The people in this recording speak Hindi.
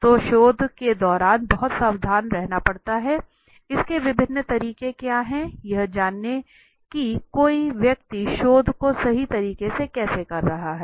तो शोध के दौरान बहुत सावधान रहना पड़ता है इसके विभिन्न तरीके क्या हैं यह जानें कि कोई व्यक्ति शोध को सही तरीके से कैसे कर रहा है